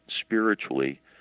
spiritually